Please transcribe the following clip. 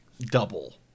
double